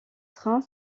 trains